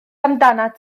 amdanat